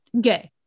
gay